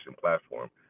platform